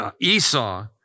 Esau